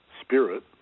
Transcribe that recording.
spirit